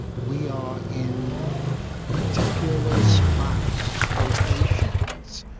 we are in particular spots, locations,